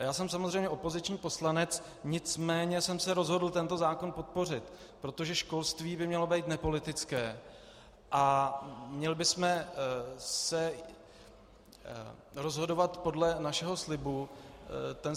Já jsem samozřejmě opoziční poslanec, nicméně jsem se rozhodl tento zákon podpořit, protože školství by mělo být nepolitické a měli bychom se rozhodovat podle našeho slibu. Ten